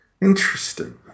Interesting